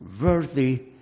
worthy